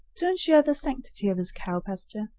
to insure the sanctity of his cow pasture,